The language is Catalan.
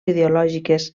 ideològiques